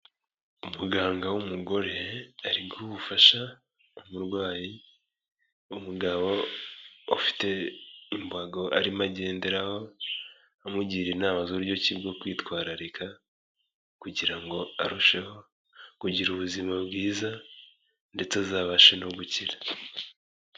Umuganga w'umugore ari guha ubufasha umurwayi w'umugabo ufite imbago arimo agenderaho, amugira inama z'uburyo ki bwo kwitwararika kugira ngo arusheho kugira ubuzima bwiza ndetse azabashe no gukira.